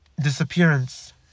disappearance